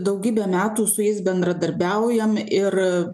daugybę metų su jais bendradarbiaujam ir